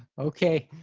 okay.